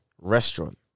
restaurant